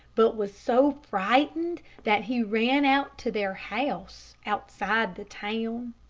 but was so frightened that he ran out to their house, outside the town.